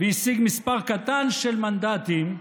והשיג מספר קטן של מנדטים,